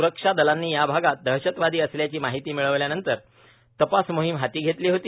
स्रक्षा दलांनी या भागात दहशतवादी असल्याची माहिती मिळाल्यानंतर तपास मोहीम हाती घेतली होती